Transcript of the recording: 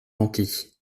menti